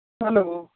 hello